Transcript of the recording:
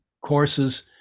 courses